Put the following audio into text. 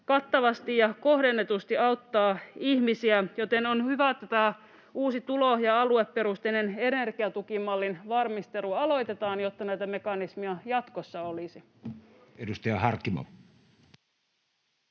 kattavasti ja kohdennetusti auttavat ihmisiä, joten on hyvä, että tämän uuden tulo- ja alueperusteisen energiatukimallin valmistelu aloitetaan, jotta näitä mekanismeja jatkossa olisi. [Speech 84]